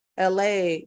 la